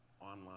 online